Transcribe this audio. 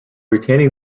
retaining